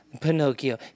Pinocchio